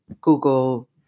Google